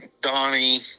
Donnie